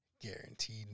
Guaranteed